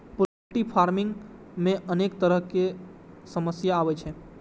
poultry farming मे अनेक तरहक समस्या आबै छै